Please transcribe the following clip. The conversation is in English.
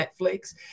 netflix